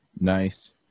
Nice